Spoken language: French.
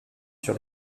sur